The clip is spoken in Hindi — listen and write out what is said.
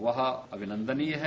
वह अभिनंदनीय है